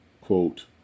quote